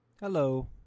Hello